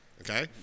Okay